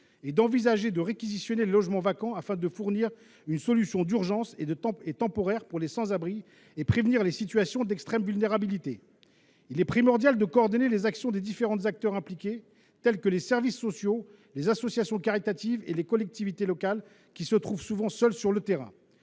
et envisager de réquisitionner les logements vacants, afin de fournir une solution d’urgence et temporaire pour les sans abri et prévenir les situations d’extrême vulnérabilité. Il est primordial de coordonner les actions des différents acteurs impliqués – services sociaux, associations caritatives et collectivités locales –, qui se retrouvent souvent seuls sur le terrain.